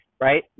right